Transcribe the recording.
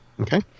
Okay